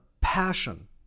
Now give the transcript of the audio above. passion